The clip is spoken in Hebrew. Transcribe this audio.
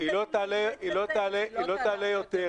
היא לא תעלה יותר.